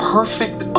Perfect